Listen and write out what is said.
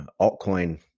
altcoin